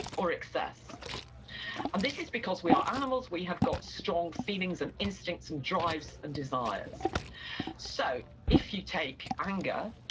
or excess. and this is because we are animals, we have got strong feelings, and instincts, and drives, and desires so, if you take anger,